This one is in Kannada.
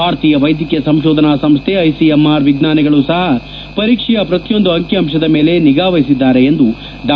ಭಾರತೀಯ ವೈದ್ಯಕೀಯ ಸಂಶೋಧನಾ ಸಂಶ್ಲೆ ಐಸಿಎಂಆರ್ ವಿಜ್ವಾನಿಗಳು ಸಹ ಪರೀಕ್ಸೆಯ ಪ್ರತಿಯೊಂದು ಅಂಕಿ ಅಂಶದ ಮೇಲೆ ನಿಗಾ ವಹಿಸಿದ್ದಾರೆ ಎಂದು ಡಾ